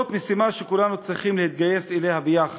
זאת משימה שכולנו צריכים להתגייס אליה ביחד.